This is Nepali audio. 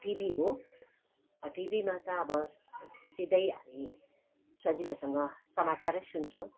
टिभी हो टिभीमा त अब सिधै हामी सजिलोसँग समाचारै सुन्छौँ